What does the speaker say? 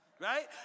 Right